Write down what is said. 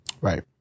Right